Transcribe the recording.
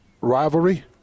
rivalry